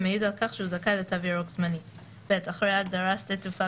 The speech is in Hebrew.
המעיד על כך שהוא זכאי ל"תו ירוק" זמני." אחרי ההגדרה "שדה תעופה